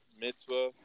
Mitzvah